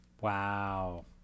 Wow